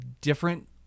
different